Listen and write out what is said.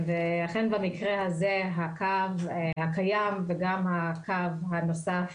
אכן במקרה הזה הקו הקיים וגם הקו הנוסף